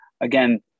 again